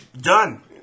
done